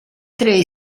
tre